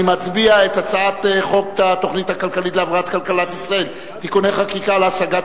הצעת חוק התוכנית הכלכלית להבראת כלכלת ישראל (תיקוני חקיקה להשגת